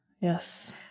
yes